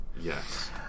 Yes